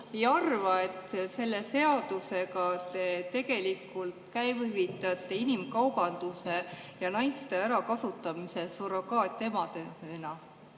ei arva, et selle seadusega te tegelikult käivitate inimkaubanduse ja naiste ärakasutamise surrogaatemadena?